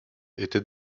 était